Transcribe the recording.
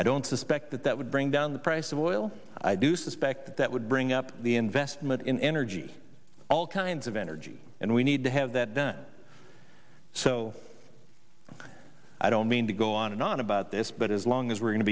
i don't suspect that that would bring down the price of oil i do suspect that would bring up the investment in energy all kinds of energy and we need to have that done so i don't mean to go on and on about this but as long as we're go